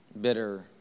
bitter